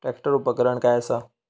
Tractor उपकरण काय असा?